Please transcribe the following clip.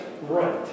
right